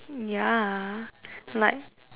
ya like